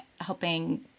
helping